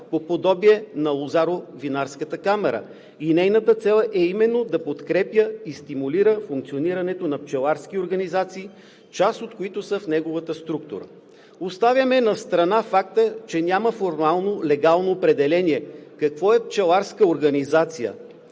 по подобие на Лозаро-винарската камара, и нейната цел е именно да подкрепя и стимулира функционирането на пчеларски организации, част от които са в неговата структура. Оставяме настрана факта, че няма формално, легално определение „Какво е пчеларска организация?“.